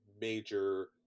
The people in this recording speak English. major